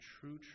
true